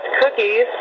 cookies